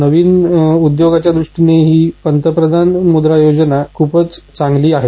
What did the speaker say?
नविन उद्योगाच्या दृष्टीनं ही प्रधानमंत्री मुद्रा योजना खूपच चांगली आहे